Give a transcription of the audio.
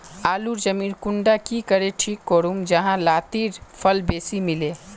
आलूर जमीन कुंडा की करे ठीक करूम जाहा लात्तिर फल बेसी मिले?